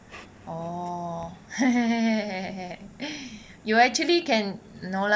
orh you actually can no lah